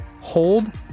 Hold